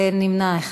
נמנע אחד.